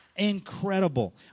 incredible